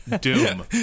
doom